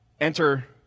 Enter